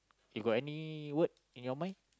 you got any word in your mind